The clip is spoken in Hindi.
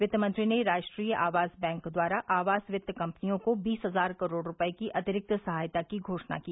क्ति मंत्री ने राष्ट्रीय आवास बैक द्वारा आवास क्ति कंपनियों को बीस हजार करोड़ रूपये की अतिरिक्त सहायता की घोषणा को